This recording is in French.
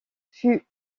fut